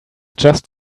just